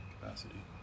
capacity